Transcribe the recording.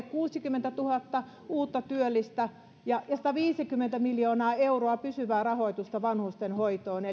kuusikymmentätuhatta uutta työllistä ja ja sataviisikymmentä miljoonaa euroa pysyvää rahoitusta vanhustenhoitoon